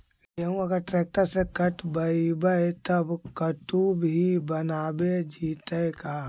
गेहूं अगर ट्रैक्टर से कटबइबै तब कटु भी बनाबे जितै का?